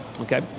okay